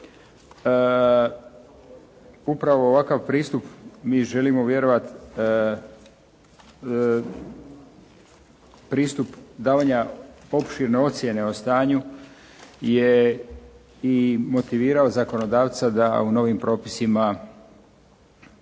upravo ovakav pristup mi želimo vjerovat pristup davanja opširne ocjene o stanju je i motivirao zakonodavca da u novim propisima